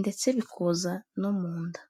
ndetse bikoza no mu nda.